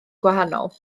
gwahanol